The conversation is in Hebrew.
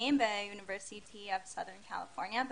בין-לאומיים באוניברסיטה בקליפורניה,